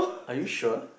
are you sure